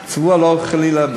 צבוע, לא, חלילה,